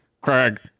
craig